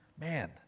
Man